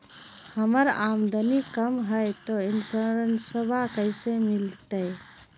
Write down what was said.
हमर आमदनी कम हय, तो इंसोरेंसबा कैसे मिलते?